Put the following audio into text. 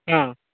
ହଁ